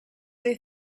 they